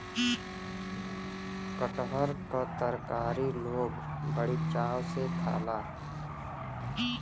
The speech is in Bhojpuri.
कटहर क तरकारी लोग बड़ी चाव से खाला